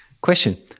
question